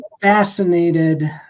fascinated